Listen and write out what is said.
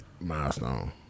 Milestone